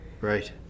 Right